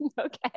okay